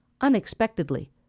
unexpectedly